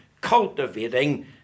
Cultivating